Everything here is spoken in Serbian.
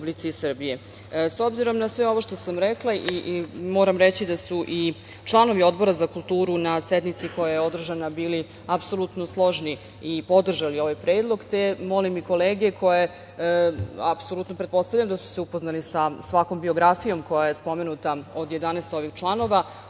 obzirom na sve ovo što sam rekla i moram reći da su i članovi Odbora za kulturu na sednici koja je održana, bili apsolutno složni i podržali ovaj predlog, te molim i kolege za koje apsolutno pretpostavljam da su se upoznali sa svakom biografijom koja je spomenuta od 11 ovih članova.